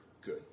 good